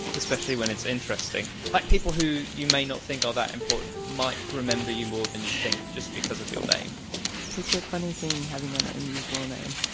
especially when it's interesting. like people who you may not think all that important might remember you more than you think, just because of your name it's a funny thing having an unusual name.